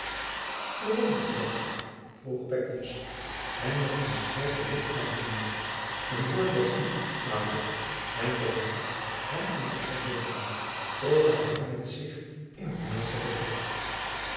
verwondert u dat vroeg pekkius hem met een scherpen blik aanziende een woord met u pater en te gelijk hem om den arm nemende trok hij hem met zich in het naaste vertrek